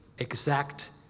Exact